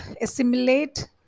assimilate